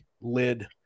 lid